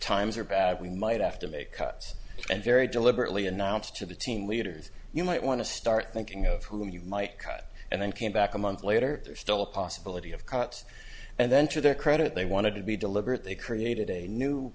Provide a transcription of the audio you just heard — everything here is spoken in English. times are bad we might have to make cuts and very deliberately announced to the team leaders you might want to start thinking of whom you might cut and then came back a month later there's still a possibility of cuts and then to their credit they wanted to be deliberate they created a new